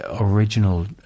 original